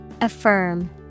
Affirm